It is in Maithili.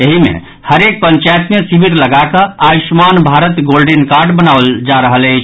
एहि मे हरेक पंचायत मे शिविर लगाकऽ आयुष्मान भारत गोल्डेन कार्ड बनाओल जा रहल अछि